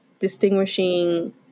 Distinguishing